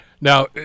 Now